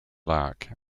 lark